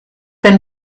been